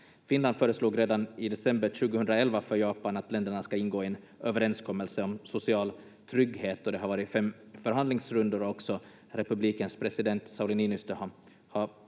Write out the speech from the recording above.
Finland föreslog redan i december 2011 för Japan att länderna ska ingå en överenskommelse om social trygghet. Det har varit fem förhandlingsrundor, och också republikens president Sauli Niinistö har